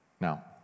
Now